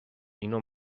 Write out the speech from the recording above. اینو